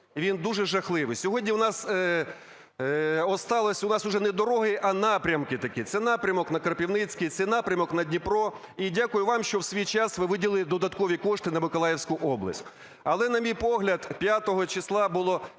він дуже жахливий. Сьогодні в нас осталось, у нас уже не дороги, а напрямки такі. Це напрямок на Кропивницький, це напрямок на Дніпро. І дякую вам, що в свій час ви виділили додаткові кошти на Миколаївську область.